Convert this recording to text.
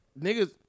niggas